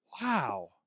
Wow